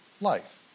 life